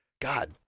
God